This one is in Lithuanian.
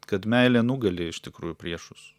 kad meilė nugali iš tikrųjų priešus